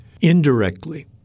indirectly